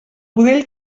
budell